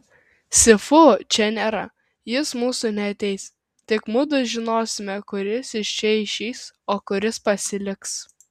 si fu čia nėra jis mūsų neteis tik mudu žinosime kuris iš čia išeis o kuris pasiliks